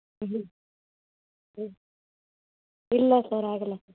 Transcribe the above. ಹ್ಞೂ ಹ್ಞೂ ಇಲ್ಲ ಸರ್ ಆಗಲ್ಲ ಸರ್